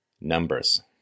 numbers